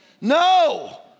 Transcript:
No